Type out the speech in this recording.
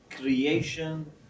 creation